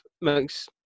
makes